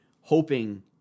hoping